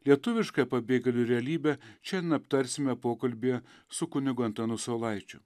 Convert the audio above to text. lietuviška pabėgėlių realybė šiandien aptarsime pokalbyje su kunigu antanu saulaičiu